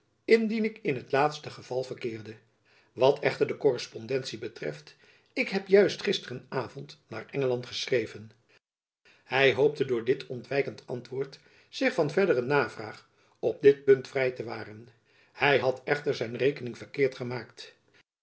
indien ik in het laatste geval verkeerde wat echter de korrespondentie betreft ik heb juist gisteren avond naar engeland geschreven hy hoopte door dit ontwijkend antwoord zich van jacob van lennep elizabeth musch verdere navraag op dit punt vrij te waren hy had echter zijn rekening verkeerd gemaakt